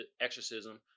exorcism